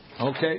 Okay